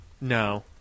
No